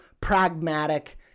pragmatic